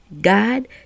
God